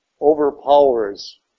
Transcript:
overpowers